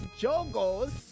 Jogos